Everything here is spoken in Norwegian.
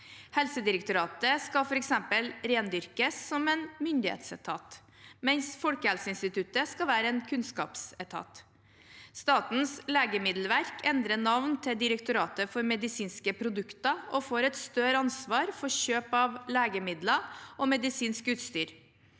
Helsedirektoratet skal f.eks. rendyrkes som en «myndighetsetat», mens Folkehelseinstituttet skal være en «kunnskapsetat». Statens legemiddelverk endrer navn til Direktoratet for medisinske produkter og får et større ansvar for kjøp av legemidler og medisinsk utstyr.